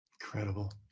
Incredible